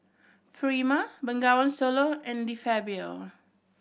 Prima Bengawan Solo and De Fabio